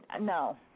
no